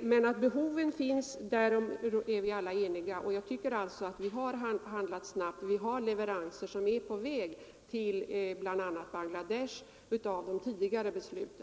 Men att behoven finns, därom är vi eniga, och jag tycker att vi har handlat snabbt. Leveranser är på väg till bl.a. Bangladesh enligt de tidigare besluten.